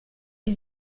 die